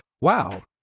wow